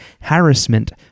harassment